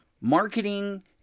Marketing